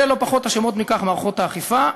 ולא פחות אשמות בכך מערכות האכיפה.